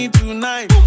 tonight